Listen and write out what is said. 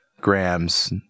grams